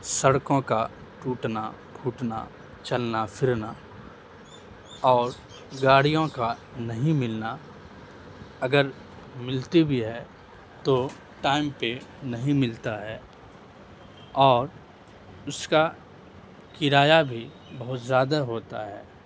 سڑکوں کا ٹوٹنا پھوٹنا چلنا پھرنا اور گاڑیوں کا نہیں ملنا اگر ملتی بھی ہے تو ٹائم پہ نہیں ملتا ہے اور اس کا کرایہ بھی بہت زیادہ ہوتا ہے